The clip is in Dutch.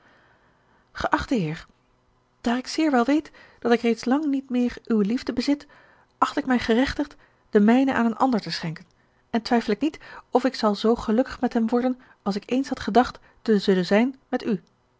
geachte heer daar ik zeer wel weet dat ik reeds lang niet meer uwe liefde bezit acht ik mij gerechtigd de mijne aan een ander te schenken en twijfel ik niet of ik zal zoo gelukkig met hem worden als ik eens had gedacht te zullen zijn met u